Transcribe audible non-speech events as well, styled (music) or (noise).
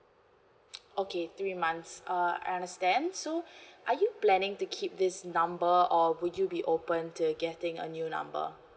okay three months uh I understand so (breath) are you planning to keep this number or would you be open to getting a new number